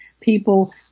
people